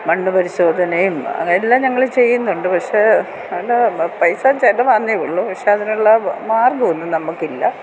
മണ്ണ് പരിശോധനയും അങ്ങനെല്ലാം ഞങ്ങൾ ചെയ്യുന്നുണ്ട് പക്ഷേ നല്ല പൈസ ചിലവാന്നെ ഉള്ളു പക്ഷേ അതിനുള്ള മാർഗ്ഗം ഒന്നും നമുക്കില്ല